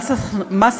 בבקשה.